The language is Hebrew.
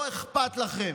לא אכפת לכם,